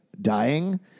Dying